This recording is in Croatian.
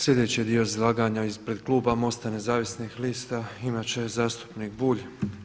Sljedeći dio izlaganja ispred kluba MOST-a Nezavisnih lista imati će zastupnik Bulj.